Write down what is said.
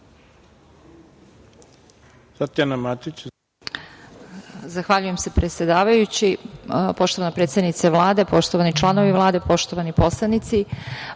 Tatjana Matić